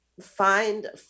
find